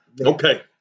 Okay